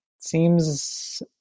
Seems